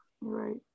Right